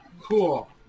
Cool